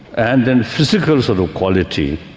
and then physical sort of quality,